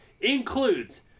includes